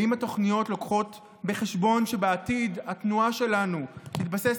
האם התוכניות מביאות בחשבון שבעתיד התנועה שלנו תתבסס